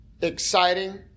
Exciting